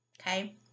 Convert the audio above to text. okay